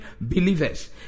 believers